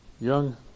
Young